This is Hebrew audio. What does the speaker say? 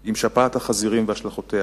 עם שפעת החזירים והשלכותיה.